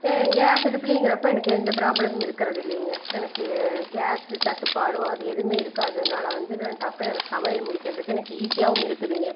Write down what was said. case அடுப்புலேங்கிறப்ப எந்த ப்ராப்ளமும் இருக்கறது இல்லைங்க எனக்கு கேஸ்ஸு தட்டுப்பாடோ அது எதுவுமே இருக்காததுனால வந்து நான் டக்குன்னு எனக்கு சமையல் முடிகிறதுக்கு எனக்கு ஈஸியாவும் இருக்குதுங்க